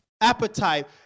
Appetite